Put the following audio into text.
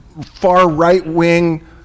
far-right-wing